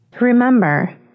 Remember